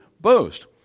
boast